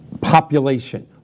population